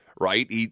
right